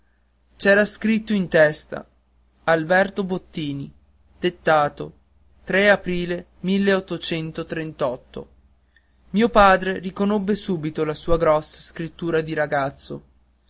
c'era scritto in testa alberto bottini dettato tre aprile io padre riconobbe subito la sua grossa scrittura di ragazzo